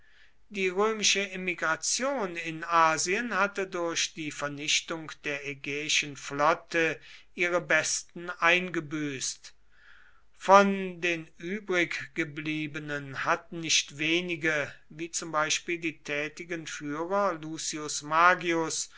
die römische emigration in asien hatte durch die vernichtung der ägäischen flotte ihre besten eingebüßt von den übriggebliebenen hatten nicht wenige wie zum beispiel die tätigen führer lucius magius